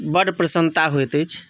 बड प्रसन्नता होइत अछि